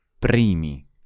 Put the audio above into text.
Primi